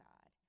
God